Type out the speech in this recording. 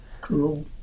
cool